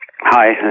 Hi